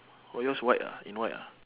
oh yours white ah in white ah